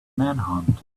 manhunt